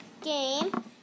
game